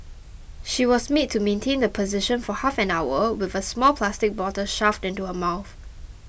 she was made to maintain the position for half an hour with a small plastic bottle shoved into her mouth